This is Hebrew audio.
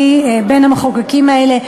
אני בין המחוקקים האלה,